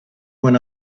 when